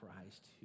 Christ